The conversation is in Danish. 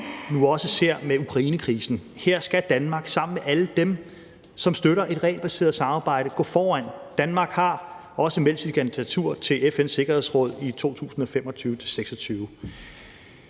nu også ser det med Ukrainekrisen. Her skal Danmark sammen med alle dem, som støtter et regelbaseret samarbejde, gå foran. Danmark har også meldt sit kandidatur til FN's Sikkerhedsråd i 2025-26.